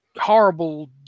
horrible